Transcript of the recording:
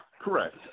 correct